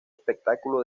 espectáculo